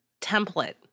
template